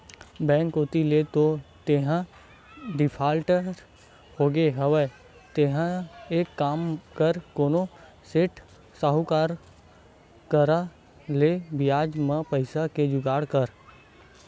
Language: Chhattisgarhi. बेंक कोती ले तो तेंहा डिफाल्टर होगे हवस तेंहा एक काम कर कोनो सेठ, साहुकार करा ले बियाज म पइसा के जुगाड़ कर